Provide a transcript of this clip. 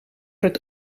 het